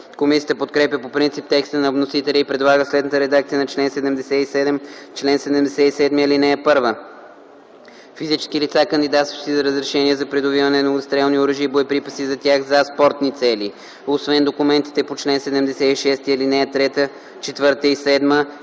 Комисията подкрепя по принцип текста на вносителя и предлага следната редакция на чл. 77: “Чл. 77. (1) Физически лица, кандидатстващи за разрешение за придобиване на огнестрелни оръжия и боеприпаси за тях за спортни цели, освен документите по чл. 76, ал. 3, 4 и 7